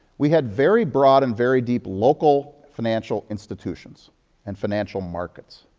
we had very broad and very deep local financial institutions and financial markets.